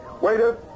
Waiter